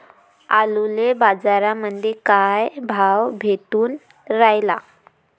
आलूले बाजारामंदी काय भाव भेटून रायला?